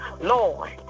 Lord